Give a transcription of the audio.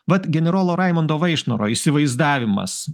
vat generolo raimundo vaišnoro įsivaizdavimas